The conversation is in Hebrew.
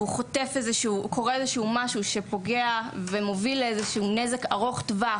וקורה איזה משהו שפוגע ומוביל לאיזה שהוא נזק ארוך טווח,